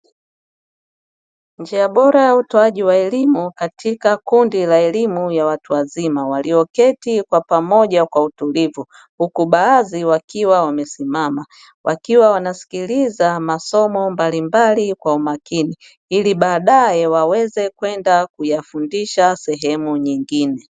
Njia bora ya utowaji wa elimu katika kundi la elimu ya watu wazima walioketi kwa pamoja kwa utulivu, huku baadhi wakiwa wamesimama wakiwa wanasikiliza masomo mbali mbali kwa umakini ili baadae waweze kwenda kuyafundisha sehemu nyingine.